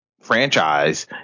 franchise